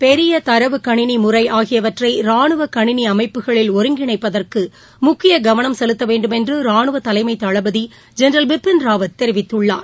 பெரிய தரவு கணினி முறை ஆகியவற்றை ராணுவ கணினி அமைப்புகளில் ஒருங்கிணைப்பதற்கு முக்கிய கவனம் செலுத்தவேண்டும் என்று ராணுவ தலைமை தளபதி ஜென்ரல் பிபின் ராவத் தெரிவித்துள்ளார்